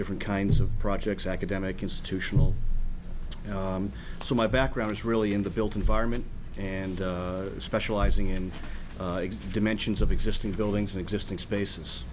different kinds of projects academic institutional so my background is really in the built environment and specializing in dimensions of existing buildings existing spaces